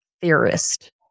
theorist